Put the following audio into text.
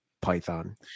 python